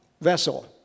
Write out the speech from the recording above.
vessel